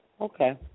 Okay